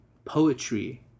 poetry